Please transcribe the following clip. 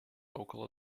около